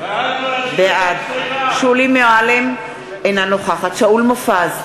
בעד שולי מועלם-רפאלי,